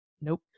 Nope